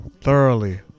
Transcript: Thoroughly